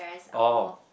oh